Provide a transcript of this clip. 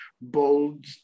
bold